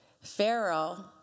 Pharaoh